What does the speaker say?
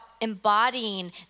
embodying